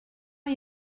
are